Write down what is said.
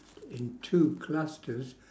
in two clusters